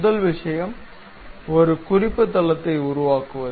முதல் விஷயம் ஒரு குறிப்பு தளத்தை உருவாக்குவது